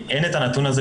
אין את הנתון הזה.